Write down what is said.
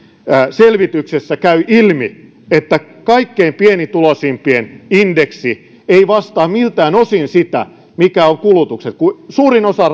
selvityksessä käy ilmi että kaikkein pienituloisimpien indeksi ei vastaa miltään osin sitä mikä on kulutus kun suurin osa